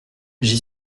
j’y